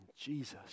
Jesus